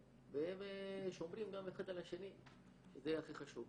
והם שומרים גם אחד על השני וזה הכי חשוב.